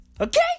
Okay